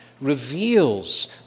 reveals